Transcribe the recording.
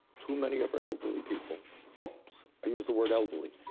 too many of our elderly people oops. i used the word elderly.